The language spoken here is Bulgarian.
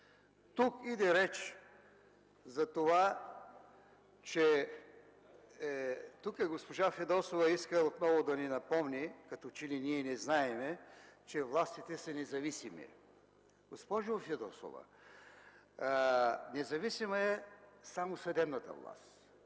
Тук иде реч затова, че госпожа Фидосова иска отново да ни напомни, като че ли ние не знаем, че властите са независими. Госпожо Фидосова, независима е само съдебната власт.